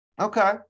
Okay